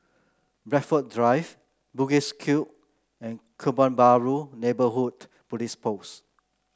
Blandford Drive Bugis Cube and Kebun Baru Neighbourhood Police Post